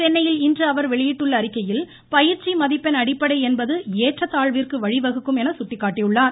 சென்னையில் இன்று அவர் வெளியிட்டுள்ள அறிக்கையில் பயிற்சி மதிப்பெண் அடிப்படை என்பது ஏற்றத்தாழ்விற்கு வழிவகுக்கும் என சுட்டிக்காட்டியுள்ளார்